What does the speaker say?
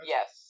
Yes